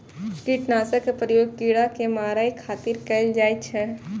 कीटनाशक के प्रयोग कीड़ा कें मारै खातिर कैल जाइ छै